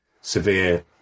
severe